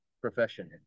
profession